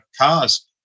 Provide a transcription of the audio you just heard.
cars